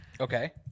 Okay